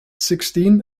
sixteen